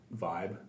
vibe